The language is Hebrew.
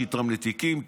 שיתרום לתיקים,